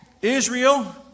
Israel